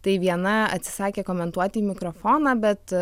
tai viena atsisakė komentuoti į mikrofoną bet